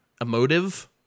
emotive